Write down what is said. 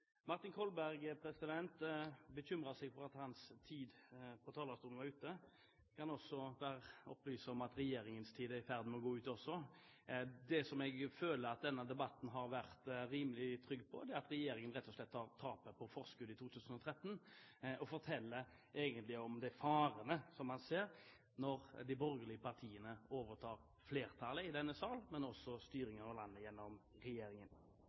Martin Kolberg bekymret seg for at hans tid på talerstolen var ute, men jeg kan opplyse om at regjeringens tid også er i ferd med å gå ut. Det som jeg føler at denne debatten har vært rimelig klar på, er at regjeringen rett og slett tar tapet på forskudd i 2013 og forteller om de «farene» man ser når de borgerlige partiene overtar flertallet i denne sal, men også styringen av landet gjennom regjeringen.